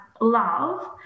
love